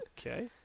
Okay